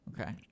okay